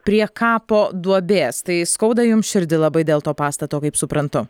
prie kapo duobės tai skauda jums širdį labai dėl to pastato kaip suprantu